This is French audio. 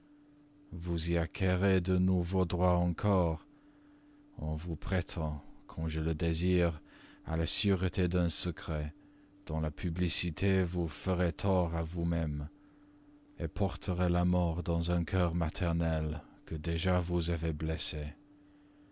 vous y acquerrez de nouveaux droits encore en vous prêtant comme je le désire à la sûreté d'un secret dont la publicité vous ferait tort à vous-même porterait la mort dans un cœur maternel que déjà vous avez blessé